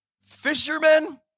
Fishermen